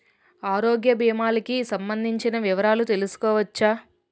ఆరోగ్య భీమాలకి సంబందించిన వివరాలు తెలుసుకోవచ్చా?